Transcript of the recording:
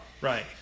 Right